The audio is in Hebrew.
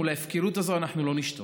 מול ההפקרות הזאת אנחנו לא נשתוק.